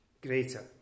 greater